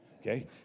okay